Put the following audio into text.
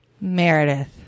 Meredith